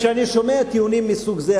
כשאני שומע טיעונים מהסוג הזה,